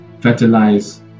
fertilize